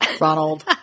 Ronald